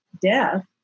death